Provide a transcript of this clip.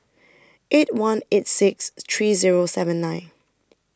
eight one eight six three Zero seven nine